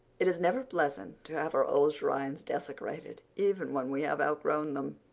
it is never pleasant to have our old shrines desecrated, even when we have outgrown them.